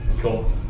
Cool